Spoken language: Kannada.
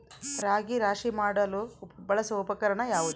ರಾಗಿ ರಾಶಿ ಮಾಡಲು ಬಳಸುವ ಉಪಕರಣ ಯಾವುದು?